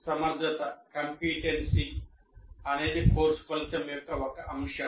సమర్థత అనేది కోర్సు ఫలితం యొక్క ఒక అంశం